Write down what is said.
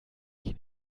ich